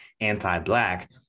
anti-black